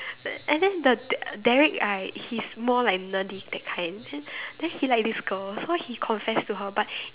and then the the Derrick right he's more like nerdy that kind then then he like this girl so he confessed to her but